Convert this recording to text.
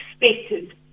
expected